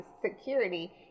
security